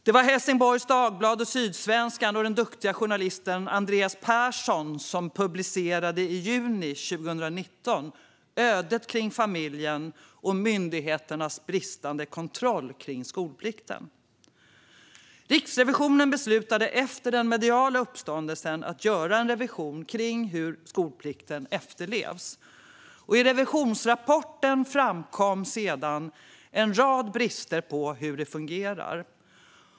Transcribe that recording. Det var Helsingborgs Dagblad, Sydsvenskan och den duktiga journalisten Andreas Persson som i juni 2019 publicerade familjens öde och myndigheternas bristande kontroll av skolplikten. Efter den mediala uppståndelsen beslutade Riksrevisionen att göra en revision av hur skolplikten efterlevs. I revisionsrapporten framkom sedan en rad brister i hur det fungerar.